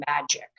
magic